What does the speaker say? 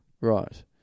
Right